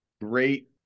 Great